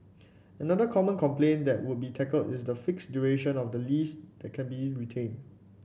another common complaint that would be tackled is the fixed duration of the lease that can be retained